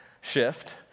shift